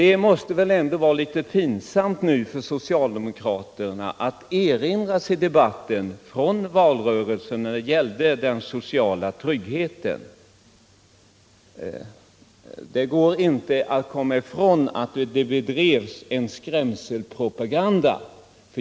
Det måste väl ändå vara litet pinsamt för socialdemokraterna att nu erinra sig debatten från valrörelsen när det gällde den sociala tryggheten. Det går inte att förneka att det bedrevs en skrämselpropaganda.